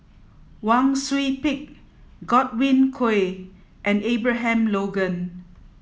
Wang Sui Pick Godwin Koay and Abraham Logan